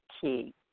key